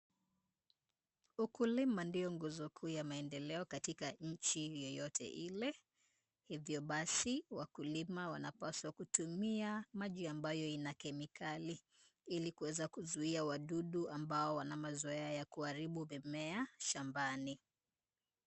Ukulima ndio nguzo kuu ya maendeleo katika nchi yoyote ile. Hivyo basi wakulima wanapaswa kutumia maji ambayo ina kemikali, ili kuweza kuzuia wadudu ambao wana mazoea ya kuharibu mimea shambani.